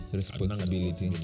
responsibility